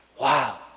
Wow